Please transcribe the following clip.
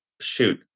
Shoot